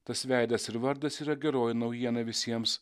tas veidas ir vardas yra geroji naujiena visiems